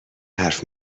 حرف